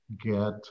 get